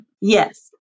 Yes